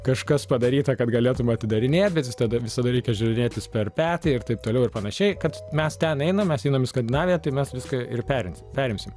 kažkas padaryta kad galėtum atidarinėt bet visad visada reikia žiūrinėtis per petį ir taip toliau ir panašiai kad mes ten einam mes einam į skandinaviją tai mes viską ir perim perimsim